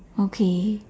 okay